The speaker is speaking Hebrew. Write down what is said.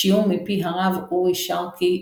שעור מפי הרב אורי שרקי,